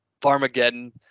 Pharmageddon